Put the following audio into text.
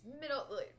middle